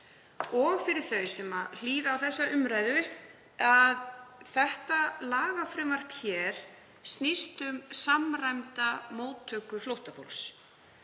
og þau sem hlýða á þessa umræðu, að þetta lagafrumvarp snýst um samræmda móttöku flóttafólks,